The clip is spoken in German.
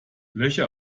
löcher